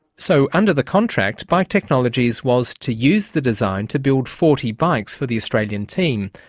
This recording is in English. so, under the contract, bike technologies was to use the design to build forty bikes for the australian team,